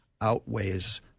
outweighs